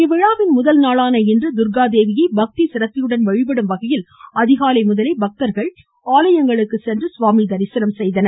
இவ்விழாவின் முதல்நாளான இன்று துர்கா தேவியை பக்தி சிரத்தையுடன் வழிபடும் வகையில் அதிகாலை முதலே பக்தர்கள் ஆலயங்களுக்கு சென்று தரிசித்தனர்